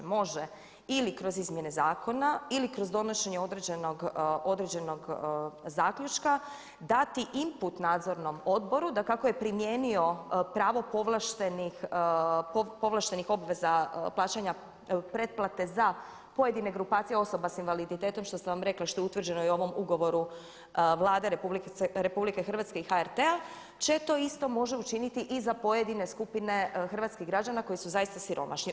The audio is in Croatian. Može ili kroz izmjene zakona ili kroz donošenje određenog zaključka dati input Nadzornom odboru da kako je primijenio pravo povlaštenih obveza plaćanja pretplate za pojedine grupacije osoba sa invaliditetom što sam vam rekla i što je utvrđeno i u ovom ugovoru Vlade Republike Hrvatske i HRT-a će to isto može učiniti i za pojedine skupine hrvatskih građana koji su zaista siromašni.